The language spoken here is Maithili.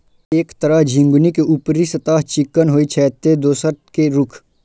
एक तरह झिंगुनी के ऊपरी सतह चिक्कन होइ छै, ते दोसर के रूख